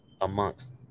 amongst